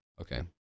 okay